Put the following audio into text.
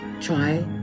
try